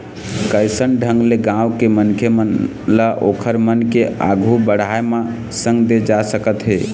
कइसन ढंग ले गाँव के मनखे मन ल ओखर मन के आघु बड़ाय म संग दे जा सकत हे